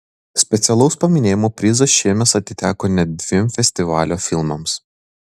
specialaus paminėjimo prizas šiemet atiteko net dviem festivalio filmams